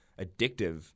addictive